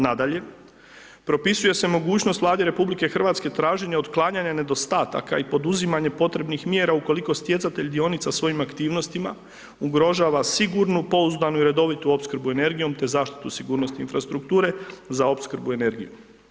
Nadalje, propisuje se mogućnost Vladi RH traženje otklanjanja nedostataka i poduzimanje potrebnih mjera ukoliko stjecatelj dionica svojim aktivnostima ugrožava sigurnu, pouzdanu i redovitu opskrbu energijom te zaštitu sigurnosti infrastrukture za opskrbu energijom.